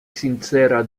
sincera